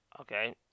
Okay